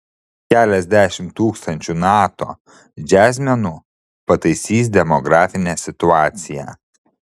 keliasdešimt tūkstančių nato džiazmenų pataisys demografinę situaciją